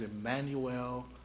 Emmanuel